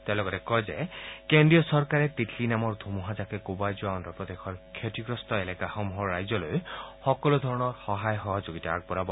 তেওঁ লগতে কয় যে কেন্দ্ৰীয় চৰকাৰে তিতলী নামৰ ধুমুহা জাকে কোবাই যোৱা অদ্ধপ্ৰদেশৰ ক্ষতিগ্ৰস্ত এলেকাসমূহৰ ৰাইজলৈ সকলো ধৰণৰ সহায় সহযোগিতা আগবঢ়াব